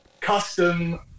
custom